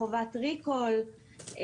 חובת ריקול,